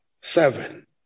seven